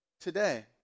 today